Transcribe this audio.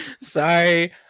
Sorry